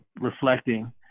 reflecting